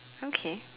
okay